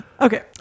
Okay